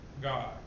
God